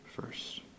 first